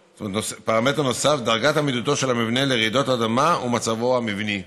פרמטר נוסף: דרגת עמידותו של המבנה לרעידות אדמה ומצבו המבני,